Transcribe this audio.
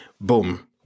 Boom